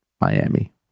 Miami